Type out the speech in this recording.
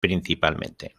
principalmente